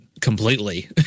completely